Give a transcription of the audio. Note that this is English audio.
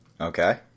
Okay